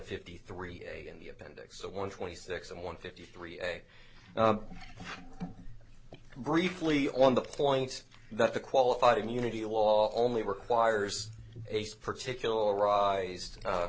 fifty three in the appendix a one twenty six and one fifty three a briefly on the point that the qualified immunity law only requires ace particular